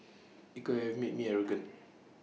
IT could have made me arrogant